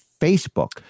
Facebook